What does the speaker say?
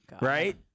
right